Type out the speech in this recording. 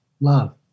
Love